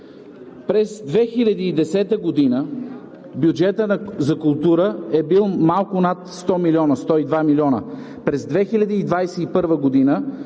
През 2010 г. бюджетът за култура е бил малко над 100 милиона – 102 милиона, а през 2021 г.